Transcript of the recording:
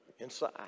inside